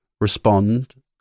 respond